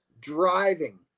driving